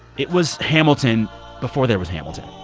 it was hamilton before there was hamilton.